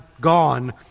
gone